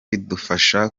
bizadufasha